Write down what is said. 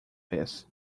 his